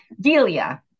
Delia